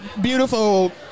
beautiful